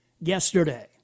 yesterday